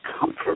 comfort